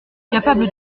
capable